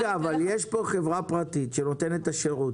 יש כאן חברה פרטית שנותנת את השירות.